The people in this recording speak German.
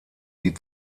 die